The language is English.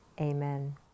Amen